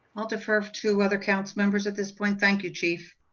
i'll defer to other councilmembers at this point. thank you, chief.